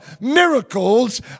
Miracles